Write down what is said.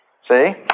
See